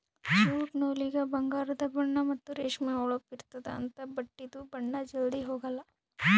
jute ನೂಲಿಗ ಬಂಗಾರದು ಬಣ್ಣಾ ಮತ್ತ್ ರೇಷ್ಮಿ ಹೊಳಪ್ ಇರ್ತ್ತದ ಅಂಥಾ ಬಟ್ಟಿದು ಬಣ್ಣಾ ಜಲ್ಧಿ ಹೊಗಾಲ್